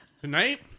Tonight